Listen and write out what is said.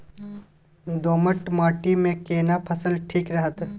दोमट माटी मे केना फसल ठीक रहत?